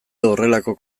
horrelako